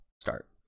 start